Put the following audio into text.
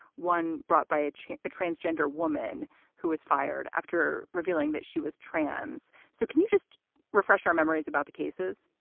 one brought by ah a transgender woman who was fired after revealing that she was trans. so can you just refresh our memories about the cases?